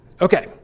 Okay